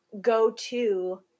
go-to